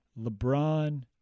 LeBron